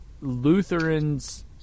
Lutherans